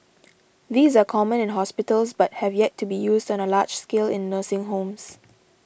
these are common in hospitals but have yet to be used on a large scale in nursing homes